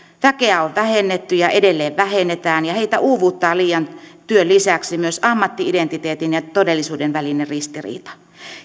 väkeä on vähennetty ja edelleen vähennetään ja heitä uuvuttaa liian työn lisäksi myös ammatti identiteetin ja todellisuuden välinen ristiriita